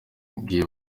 ngiyo